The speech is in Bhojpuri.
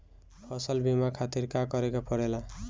फसल बीमा खातिर का करे के पड़ेला?